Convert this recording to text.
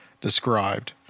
described